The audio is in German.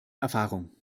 erfahrung